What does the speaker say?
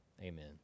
Amen